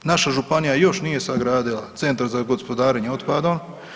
Naša županija još nije sagradila Centar za gospodarenje otpadom.